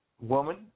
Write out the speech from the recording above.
Woman